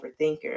overthinker